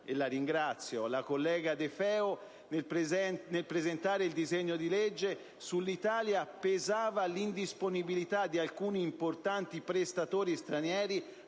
la ringrazio - nel presentare il disegno di legge, sull'Italia pesava l'indisponibilità di alcuni importanti prestatori stranieri